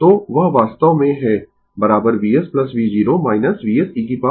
तो वह वास्तव में है Vs v0 Vse t tτ